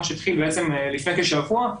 מה שהתחיל לפני כשבוע,